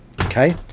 Okay